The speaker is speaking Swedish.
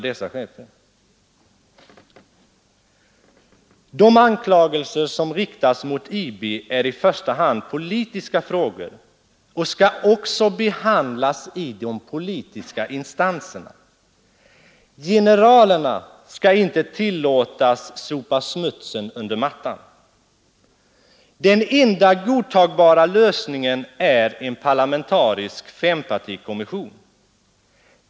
De anklagelser som riktats mot IB är i första hand politiska frågor och skall också behandlas i de politiska instanserna. Generalerna skall inte tillåtas sopa smutsen under mattan. Den enda godtagbara lösningen är en parlamentarisk fempartikommission.